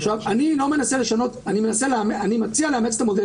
היא לא נעשתה כהבחנה קטגוריאלית.